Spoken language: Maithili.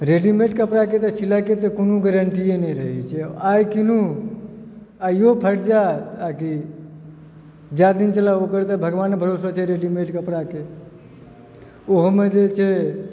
रेडीमेड कपड़ाके तऽ सिलाइके तऽ कोनो गारंटीए नहि रहै छै आइ कीनू आइयो फाटि जायत आ कि जए दिन चलए ओकर तऽ भगवाने भरोसा छै रेडीमेड कपड़ाके ओहोमे जे छै